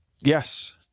Yes